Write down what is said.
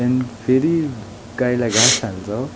त्यहाँदेखि फेरि गाईलाई घाँस हाल्छौँ